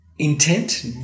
Intent